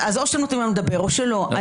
או שנותנים לנו לדבר או שלא.